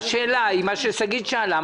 מה ששגית שאלה,